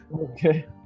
Okay